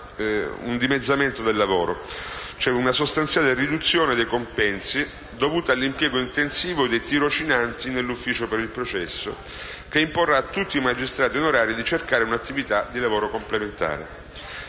un dimezzamento del lavoro. C'è una sostanziale riduzione dei compensi, dovuta all'impiego intensivo dei tirocinanti nell'ufficio per il processo, che imporrà a tutti i magistrati onorari di cercare un'attività di lavoro complementare.